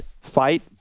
fight